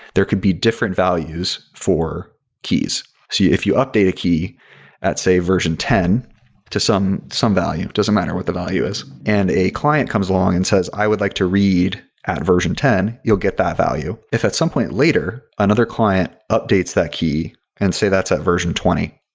there could be different values for keys. if you update a key at say version ten to some some value. it doesn't matter what the value is, and a client comes along and says, i would like to read at version ten. you'll get that value. if at some point later another client updates that key and say that's at version twenty.